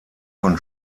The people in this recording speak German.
von